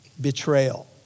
betrayal